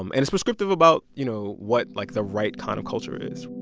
um and it's prescriptive about, you know, what, like, the right kind of culture is